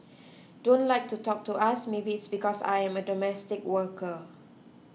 don't like to talk to us maybe it's because I am a domestic worker